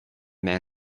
men